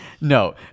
No